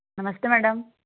नमस्ते मैडम